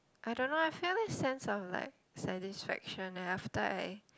I don't know eh I feel this sense of like satisfaction leh after I